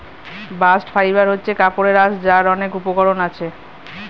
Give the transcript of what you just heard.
bast fibre হচ্ছে কাপড়ের আঁশ যার অনেক উপকরণ আছে